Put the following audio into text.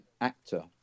actor